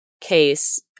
case